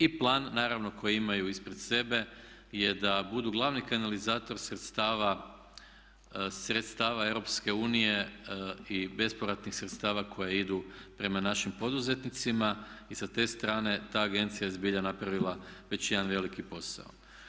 I plan naravno koji imaju ispred sebe je da budu glavni kanalizator sredstava EU i bespovratnih sredstava koje idu prema našim poduzetnicima i sa te strane ta agencija je zbilja napravila već jedan veliki posao.